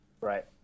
Right